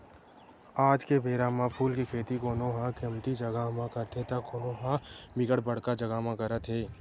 आज के बेरा म फूल के खेती कोनो ह कमती जगा म करथे त कोनो ह बिकट बड़का जगा म करत हे